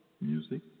music